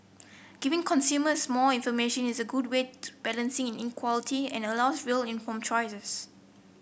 giving consumers more information is a good way to balancing in inequality and allows real informed choices